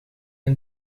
een